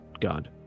god